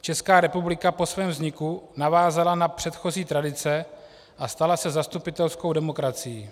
Česká republika po svém vzniku navázala na předchozí tradice a stala se zastupitelskou demokracií.